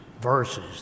verses